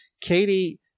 Katie